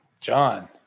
John